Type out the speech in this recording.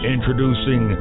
Introducing